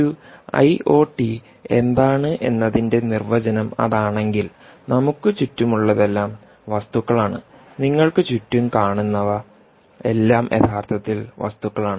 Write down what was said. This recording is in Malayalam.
ഒരു ഐഒടി എന്താണെന്നതിന്റെ നിർവചനം അതാണെങ്കിൽ നമുക്ക് ചുറ്റുമുള്ളതെല്ലാം വസ്തുക്കളാണ് നിങ്ങൾക്ക് ചുറ്റും കാണുന്നവ എല്ലാം യഥാർത്ഥത്തിൽ വസ്തുക്കളാണ്